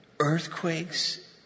earthquakes